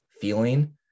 feeling